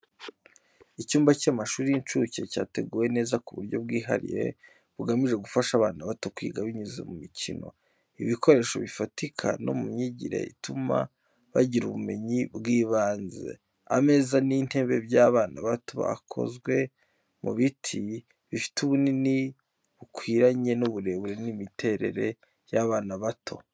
Icyumba cy’amashuri y’incuke cyateguwe neza ku buryo bwihariye bugamije gufasha abana bato kwiga binyuze mu mikino, Ibikoresho bifatika, no mu myigire ituma bagira ubumenyi bw’ibanze. Ameza n’intebe by’abana bato byakozwe mu biti, bifite ubunini bukwiranye n’uburebure n’imiterere y’abana bato.